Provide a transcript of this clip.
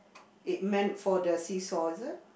it meant for the seesaw is it